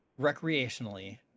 recreationally